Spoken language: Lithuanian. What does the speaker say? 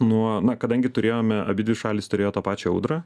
nuo na kadangi turėjome abidvi šalys turėjo tą pačią audrą